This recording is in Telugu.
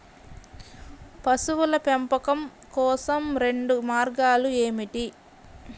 పశువుల పెంపకం కోసం రెండు మార్గాలు ఏమిటీ?